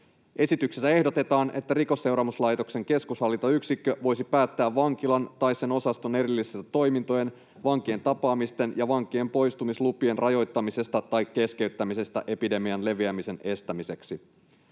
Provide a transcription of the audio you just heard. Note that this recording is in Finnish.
Esityksessä ehdotetaan, että Rikosseuraamuslaitoksen keskushallintoyksikkö voisi päättää vankilan tai sen osaston erillisten toimintojen, vankien tapaamisten ja vankien poistumislupien rajoittamisesta tai keskeyttämisestä epidemian leviämisen estämiseksi.